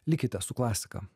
likite su klasika